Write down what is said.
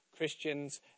Christians